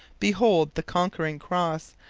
behold the conquering cross!